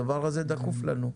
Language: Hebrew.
הדבר הזה דחוף לנו.